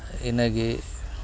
ᱤᱱᱟᱹ ᱜᱮ